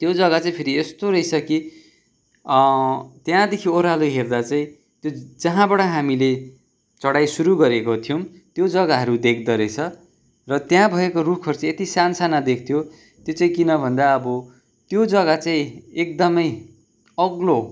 त्यो जग्गा चाहिँ फेरि यस्तो रहेछ कि त्यहाँदेखि ओह्रालो हेर्दा चाहिँ त्यो जहाँबाट हामीले चढाइ सुरु गरेको थियौँ त्यो जग्गाहरू देख्दो रहेछ र त्यहाँ भएको रूखहरू चाहिँ यति सानसाना देख्थ्यो त्यो चाहिँ किन भन्दा अब त्यो जग्गा चाहिँ एकदमै अग्लो